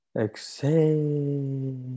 exhale